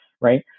right